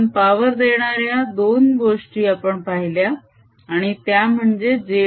म्हणून पावर देणाऱ्या दोन गोष्टी आपण पाहिल्या आणि त्या म्हणजे j